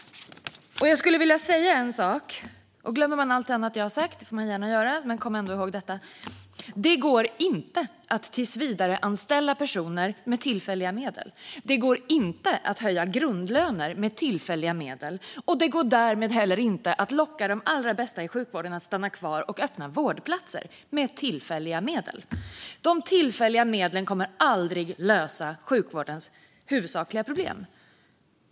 Man får gärna glömma allt annat jag har sagt, men kom ändå ihåg detta: Det går inte att tillsvidareanställa personer med tillfälliga medel. Det går inte att höja grundlöner med tillfälliga medel, och det går därmed inte heller att locka de allra bästa i sjukvården att stanna kvar och öppna vårdplatser med tillfälliga medel. De tillfälliga medlen kommer aldrig att lösa sjukvårdens huvudsakliga problem.